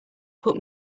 put